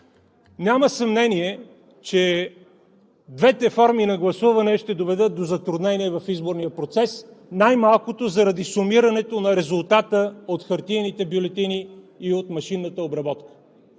Няма съмнение, че двете форми на гласуване ще доведат до затруднение в изборния процес най-малкото заради сумирането на резултата от хартиените бюлетини и от машинната обработка.